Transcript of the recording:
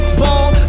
ball